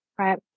Right